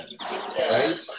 right